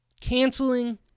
canceling